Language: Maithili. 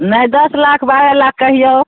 नहि दस लाख बारह लाख कहियौ